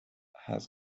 has